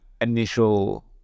initial